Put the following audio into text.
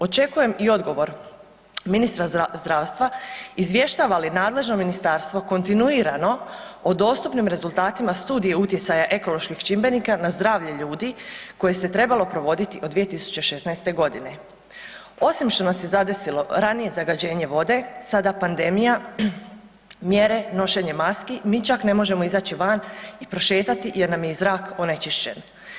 Očekujem i odgovor ministara zdravstva izvještava li nadležno ministarstvo kontinuirano o dostupnim rezultatima studije utjecaja ekoloških čimbenika na zdravlje ljudi koje se trebalo provoditi od 2016. g. Osim što nas je zadesilo ranije zagađenje vode, sada pandemija, mjere, nošenje maski, mi čak ne možemo izaći van i prošetati jer nam je zrak onečišćen.